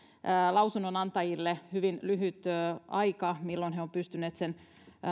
lausunnonantajille on ollut hyvin lyhyt aika milloin he ovat pystyneet sen